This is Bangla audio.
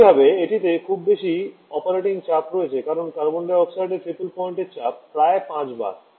একইভাবে এটিতে খুব বেশি অপারেটিং চাপ রয়েছে কারণ কার্বন ডাই অক্সাইডের ট্রিপল পয়েন্টের চাপ প্রায় 5 বার